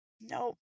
no